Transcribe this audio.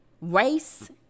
race